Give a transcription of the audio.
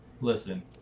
listen